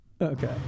Okay